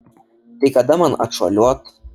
tai kada man atšuoliuot